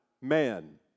man